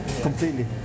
Completely